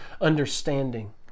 understanding